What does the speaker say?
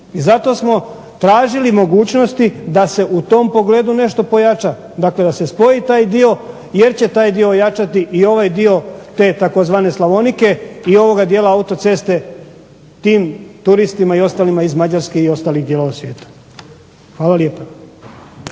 I zato smo tražili mogućnosti da se u tom pogledu nešto pojača. Dakle, da se spoji taj dio jer će taj dio ojačati i ovaj dio te tzv. Slavonike i ovoga dijela autoceste tim turistima i ostalima iz Mađarske i ostalih dijelova svijeta. Hvala lijepa.